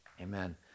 Amen